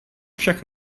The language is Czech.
však